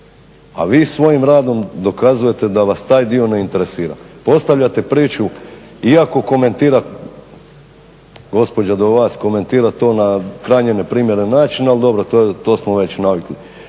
A vi svojim radom dokazujete da vas taj dio ne interesira. Postavljate priču iako komentira, gospođa do vas komentira to na krajnje neprimjeren način ali dobro, to smo već navikli.